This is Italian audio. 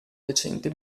decente